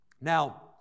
Now